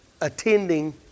attending